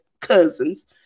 cousins